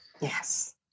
Yes